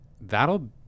that'll